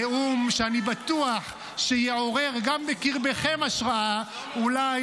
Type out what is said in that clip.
נאום שאני בטוח שיעורר גם בקרבכם השראה אולי